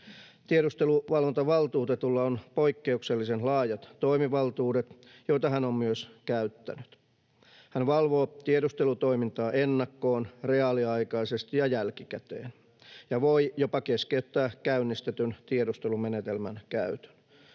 Tiedusteluvalvontavaltuutetulla on poikkeuksellisen laajat toimivaltuudet, joita hän on myös käyttänyt. Hän valvoo tiedustelutoimintaa ennakkoon, reaaliaikaisesti ja jälkikäteen ja voi jopa keskeyttää käynnistetyn tiedustelumenetelmän käytön.